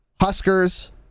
Huskers